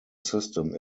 system